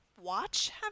Watch